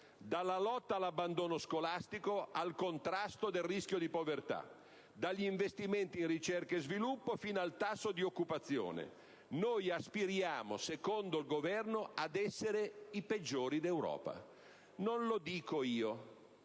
dalla lotta all'abbandono scolastico al contrasto del rischio di povertà, dagli investimenti in ricerca e sviluppo fino al tasso di occupazione. Noi aspiriamo, secondo il Governo, ad essere i peggiori d'Europa. Non lo dico io,